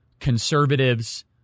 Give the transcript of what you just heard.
conservatives